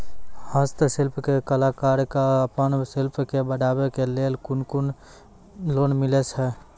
हस्तशिल्प के कलाकार कऽ आपन शिल्प के बढ़ावे के लेल कुन लोन मिलै छै?